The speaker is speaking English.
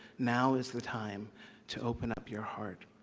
now is the time to open up your heart.